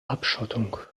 abschottung